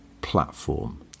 platform